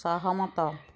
ସହମତ